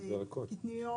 וירקות?